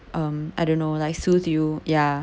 um I don't know like sooth you ya